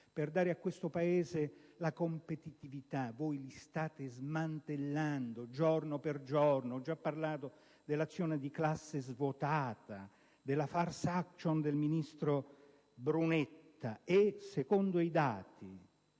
per garantire a questo Paese la competitività, voi le state smantellando giorno dopo giorno. Già ho detto dell'azione di classe svuotata, della *farce action* del ministro Brunetta. Secondo i dati